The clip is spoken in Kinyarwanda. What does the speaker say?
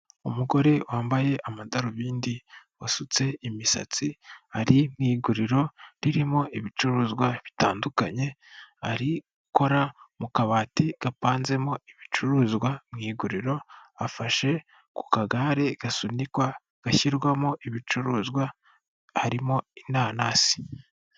Umugore wambaye amadarubindi, wasutse imisatsi ari mu iguriro ririmo ibicuruzwa bitandukanye, ari gukora mu kabati gapanzemo ibicuruzwa mu iguriro, afashe ku kagare gasunikwa gashyirwamo ibicuruzwa harimo inanasi.